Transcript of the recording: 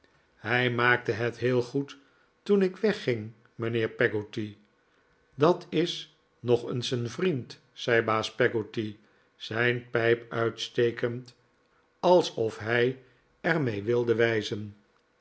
hij maakte het heel goed toen ik wegging mijnheer peggotty dat is nog eens een vriend zei baas peggotty zijn pijp uitstekend alsof hij er mee wilde wijzen